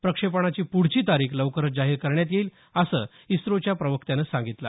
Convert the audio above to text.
प्रक्षेपणाची प्ढची तारीख लवकरच जाहीर करण्यात येईल असं इस्रोच्या प्रवक्त्यानं सांगितलं